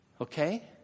Okay